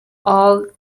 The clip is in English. all